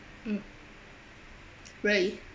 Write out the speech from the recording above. mm really